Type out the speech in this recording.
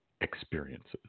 experiences